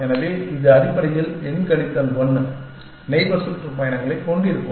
எனவே இது அடிப்படையில் n கழித்தல் 1 நெய்பர் சுற்றுப்பயணங்களைக் கொண்டிருக்கும்